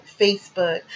Facebook